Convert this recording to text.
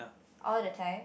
all the time